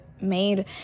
made